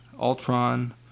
Ultron